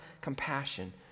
compassion